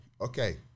Okay